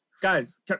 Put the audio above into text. Guys